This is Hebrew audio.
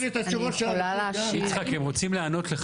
את רוצה לתת לי